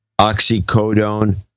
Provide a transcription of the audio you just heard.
oxycodone